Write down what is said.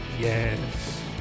Yes